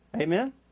Amen